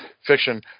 fiction